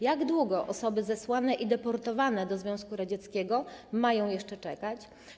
Jak długo osoby zesłane i deportowane do Związku Radzieckiego mają jeszcze czekać?